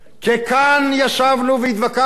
כאן ישבנו והתווכחנו,